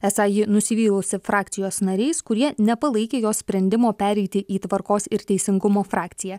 esą ji nusivylusi frakcijos nariais kurie nepalaikė jos sprendimo pereiti į tvarkos ir teisingumo frakciją